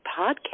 podcast